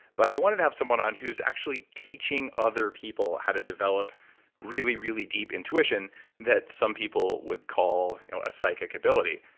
but i wanted to have someone on who's actually teaching other people how to develop really, really deep intuition that some people would call a psychic ability,